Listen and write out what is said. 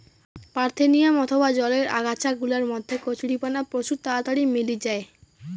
parthenium অথবা জলের আগাছা গুলার মধ্যে কচুরিপানা প্রচুর তাড়াতাড়ি মেলি জায়